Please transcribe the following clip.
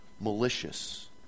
Malicious